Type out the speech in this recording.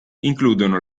includono